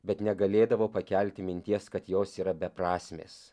bet negalėdavau pakelti minties kad jos yra beprasmės